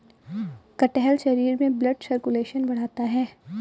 कटहल शरीर में ब्लड सर्कुलेशन बढ़ाता है